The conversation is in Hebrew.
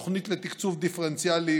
התוכנית לתקצוב דיפרנציאלי